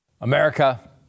America